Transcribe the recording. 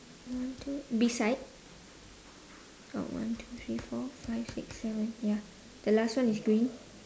uh two beside got one two three four five six seven yeah the last one is green